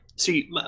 See